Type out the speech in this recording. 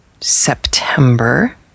september